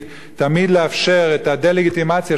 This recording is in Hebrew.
תמיד לאפשר את הדה-לגיטימציה של הציבור